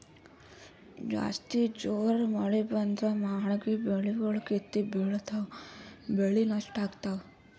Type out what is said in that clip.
ಜಾಸ್ತಿ ಜೋರ್ ಮಳಿ ಬಂದ್ರ ಮಳೀಗಿ ಬೆಳಿಗೊಳ್ ಕಿತ್ತಿ ಬಿಳ್ತಾವ್ ಬೆಳಿ ನಷ್ಟ್ ಆಗ್ತಾವ್